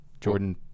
Jordan